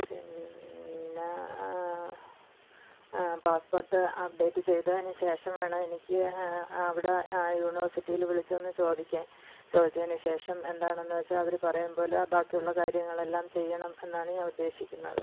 പിന്നാ passport update ചെയ്തതിന് ശേഷം വേണം എനിക്ക് അവിടെ ആ യൂണിവേഴ്സിറ്റിയിൽ വിളിച്ചു ഒന്ന് ചോദിക്കാൻ ചോദിച്ചതിന് ശേഷം എന്താണെന്ന് വച്ചാൽ അവർ പറയും പോലെ ബാക്കിയുള്ള കാര്യങ്ങളെല്ലാം ചെയ്യണം എന്നാണ് ഞാൻ ഉദ്ദേശിക്കുന്നത്